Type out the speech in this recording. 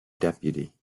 deputy